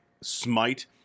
smite